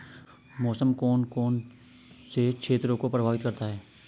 मौसम कौन कौन से क्षेत्रों को प्रभावित करता है?